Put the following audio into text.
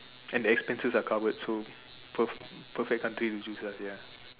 and the expenses are covered so per~ perfect country to choose lah ya